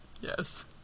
Yes